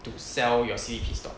to sell your C_D_P stocks